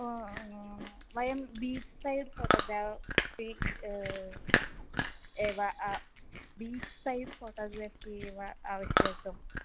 वयं beach side photography एव beach side photography एव आवश्यकं तु